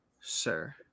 sir